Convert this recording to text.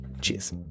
Cheers